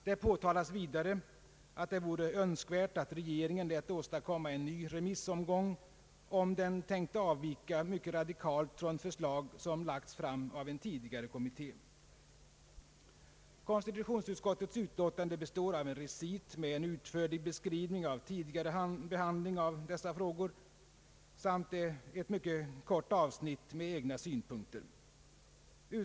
Där påtalas vidare att det vore önskvärt att regeringen lät åstadkomma en ny remissomgång om den tänkte avvika radikalt från förslag som lagts fram av en tidigare kommitté. står av en recit med en utförlig beskrivning av tidigare behandling av dessa frågor samt ett mycket kort avsnitt med egna synpunkter.